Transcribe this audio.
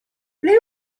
ble